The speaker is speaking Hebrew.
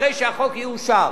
אחרי שהחוק יאושר,